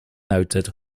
noted